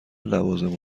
لوازم